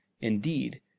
indeed